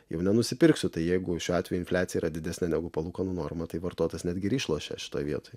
jau nenusipirksiu tai jeigu šiuo atveju infliacija yra didesnė negu palūkanų norma tai vartotas netgi išlošia šitoj vietoj